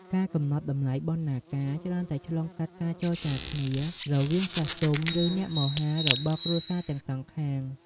ការកំណត់តម្លៃបណ្ណាការច្រើនតែឆ្លងកាត់ការចរចាគ្នារវាងចាស់ទុំ ឬ អ្នកមហា របស់គ្រួសារទាំងសងខាង។